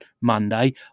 Monday